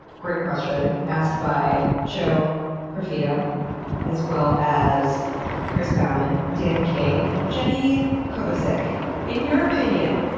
great question, asked by joe porfido as well as chris baumann, danny kang, jenny kovacic in your opinion,